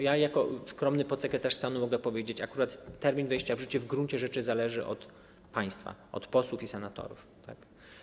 Ja jako skromny podsekretarz stanu mogę powiedzieć, że akurat termin wejścia w życie w gruncie rzeczy zależy od państwa, od posłów i senatorów, tak?